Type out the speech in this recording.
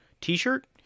T-shirt